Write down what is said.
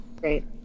Great